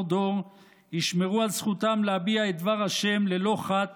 דור ישמרו על זכותם להביע את דבר ה' ללא חת